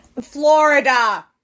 Florida